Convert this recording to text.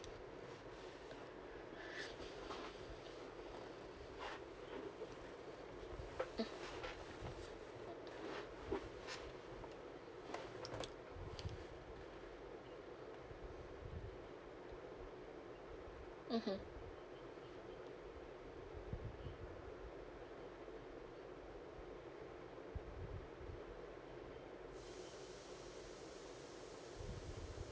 mm mmhmm